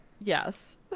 Yes